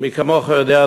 מי כמוך יודע,